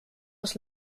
aus